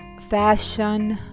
fashion